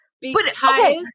Because-